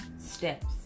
steps